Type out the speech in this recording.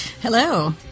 Hello